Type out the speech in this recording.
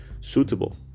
suitable